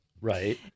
Right